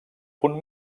punt